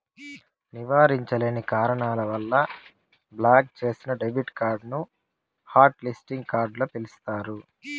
నివారించలేని కారణాల వల్ల బ్లాక్ చేసిన డెబిట్ కార్డుని హాట్ లిస్టింగ్ కార్డుగ పిలుస్తారు